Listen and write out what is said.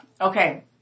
Okay